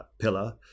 pillar